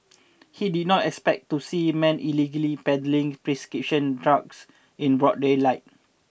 he did not expect to see men illegally peddling prescription drugs in broad daylight